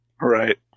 right